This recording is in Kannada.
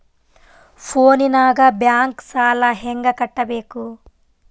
ಫೋನಿನಾಗ ಬ್ಯಾಂಕ್ ಸಾಲ ಹೆಂಗ ಕಟ್ಟಬೇಕು?